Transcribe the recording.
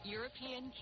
European